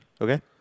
Okay